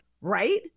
right